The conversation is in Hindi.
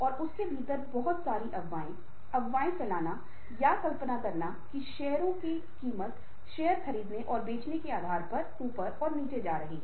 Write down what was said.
और आपको एक सहानुभूति की चिंता भी हो सकती है आप अन्य कर्मचारियों को भी बस में ले सकते हैं और वे आपके साथ गंतव्य की ओर यात्रा कर सकते हैं